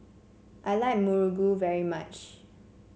I like muruku very much